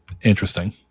Interesting